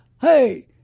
Hey